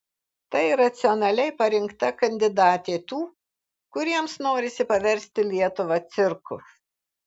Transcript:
tai racionaliai parinkta kandidatė tų kuriems norisi paversti lietuvą cirku